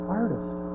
artist